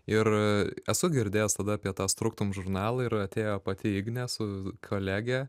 ir esu girdėjęs tada apie tą struktum žurnalą ir atėjo pati ignė su kolege